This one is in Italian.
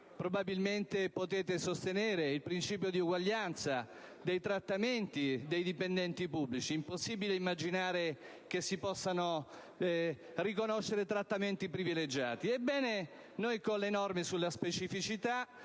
probabilmente potete sostenere: il principio di uguaglianza dei trattamenti dei dipendenti pubblici. Impossibile immaginare che si possano riconoscere trattamenti privilegiati. Ebbene, con le norme sulla specificità